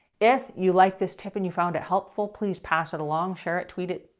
if you like this tip and you found it helpful, please pass it along. share it, tweet it.